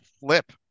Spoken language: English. flip